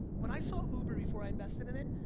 when i saw uber, before i invested in it,